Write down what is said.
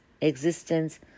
existence